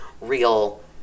real